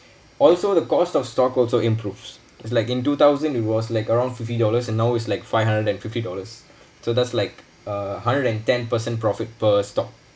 also the cost of stock also improves it's like in two thousand it was like around fifty dollars and now is like five hundred and fifty dollars so that's like a hundred and ten percent profit per stock